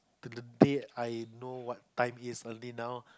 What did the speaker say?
to the date I know what time is early now